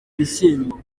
ibishyimbo